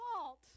fault